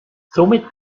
somit